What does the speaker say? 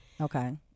Okay